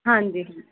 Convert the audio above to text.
ਹਾਂਜੀ